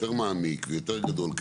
יותר מעמיק ויותר גדול,